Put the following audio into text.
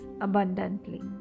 abundantly